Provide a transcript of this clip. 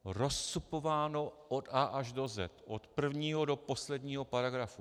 Rozcupováno od A až do Z, od prvního do posledního paragrafu.